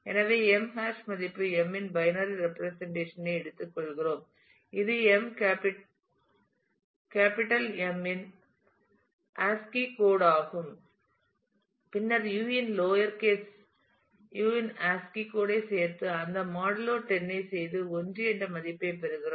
எனவே M hash மதிப்பு m இன் பைனரி ரெப்பிரசன்டேஷன் ஐ எடுத்துக்கொள்கிறோம் இது M கேப்பிட்டல் M இன் ascii கோட் ஆகும் பின்னர் u இன் லோயர் கேஸ் u இன் ascii கோட் ஐ சேர்த்து அந்த மாடூலோ 10 ஐச் செய்து 1 என்ற மதிப்பைப் பெறுகிறோம்